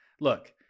Look